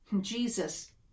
Jesus